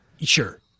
Sure